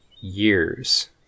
years